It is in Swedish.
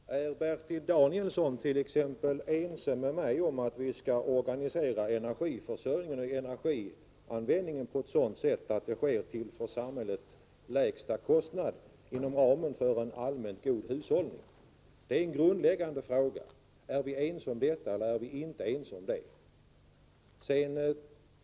Herr talman! Är Bertil Danielsson t.ex. ense med mig om att vi skall organisera energiförsörjningen och energianvändningen på ett sådant sätt att det sker till för samhället lägsta möjliga kostnader inom ramen för allmänt god hushållning? Det är en grundläggande fråga. Är vi ense om detta, eller är vi det inte?